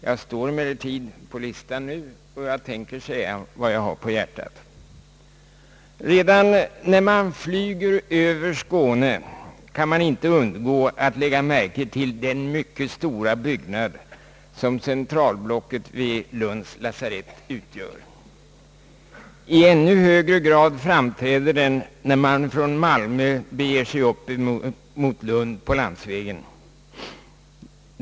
Jag står emellertid på listan nu, och jag tänker säga vad jag har på hjärtat. Redan när man flyger över Skåne kan man inte undgå att lägga märke till den mycket stora byggnad, som centralblocket vid Lunds lasarett utgör. I ännu högre grad framträder den när man från Malmö beger sig mot Lund på landsvägen.